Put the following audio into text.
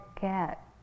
get